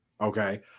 okay